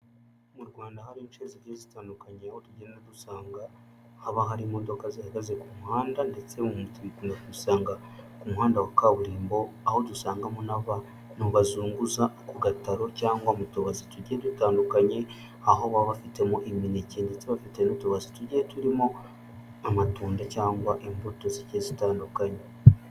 Mu Rwanda hari ince zigiye zitandukanye aho tugenda dusanga haba hari imodoka zihagaze ku muhanda, ndetse ibi bintu dukunda kusanga ku muhanda wa kaburimbo, aho dusangamo n'abantu bazunguza ku gataro cyangwa mu tubase tugiye dutandukanye, aho baba bafitemo imineke ndetse bafite n'utubase tugiye turimo amatunda cyangwa imbuto zigiye zitandukanye.